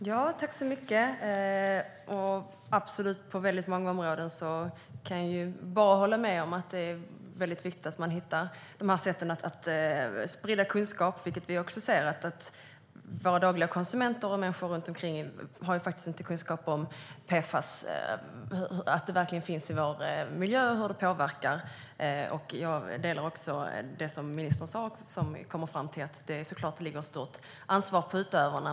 Fru talman! På många områden kan jag bara hålla med. Det är viktigt att man hittar sätt att sprida kunskap. Vi ser att konsumenter och människor runt omkring inte har kunskap om att PFAS finns i miljön eller om hur det påverkar. Jag delar även ministerns åsikt att det ligger ett stort ansvar på utövarna.